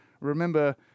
Remember